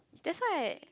that's why